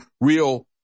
real